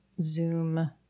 zoom